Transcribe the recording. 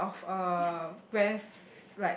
instead of a grave